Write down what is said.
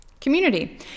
community